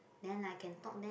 then like can talk then